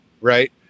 right